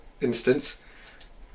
instance